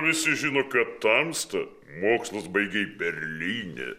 visi žino kad tamsta mokslus baigei berlyne